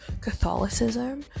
Catholicism